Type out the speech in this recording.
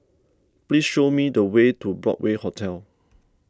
please show me the way to Broadway Hotel